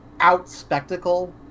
out-spectacle